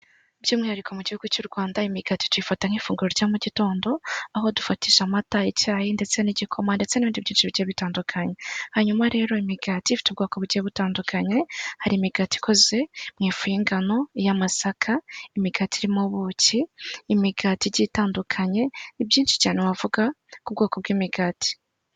By'umwihariko mu gihugu cy'u Rwanda imigati tuyifata nk'ifunguro rya mu gitondo, aho dufatisha amata, icyayi, ndetse n'igikoma, ndetse n'ibindi byinshi bigiye bitandukanye, hanyuma rero imigati ifite ubwoko bugiye butandukanye hari imigati ikoze mu ifu y'ingano, iy'amasaka, imigati iririmo buki, imigati igiye itandukanye, nibyinshi cyane wavuga ku bwoko bw'imigati.